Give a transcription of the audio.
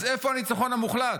אז איפה הניצחון המוחלט?